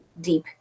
deep